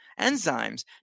enzymes